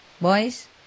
Boys